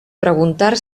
preguntar